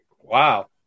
Wow